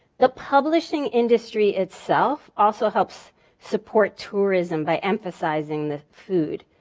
the publishing industry itself also helps support tourism by emphasizing the food.